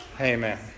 Amen